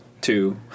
two